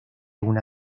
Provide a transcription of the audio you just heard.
una